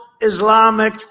Islamic